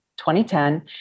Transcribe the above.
2010